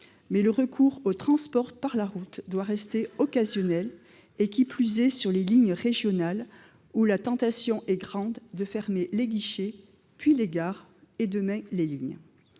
Or le recours au transport par la route doit rester occasionnel, qui plus est sur les lignes régionales, où la tentation est grande de fermer les guichets, puis les gares et, demain, les lignes.